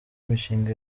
mishinga